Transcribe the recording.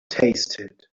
tasted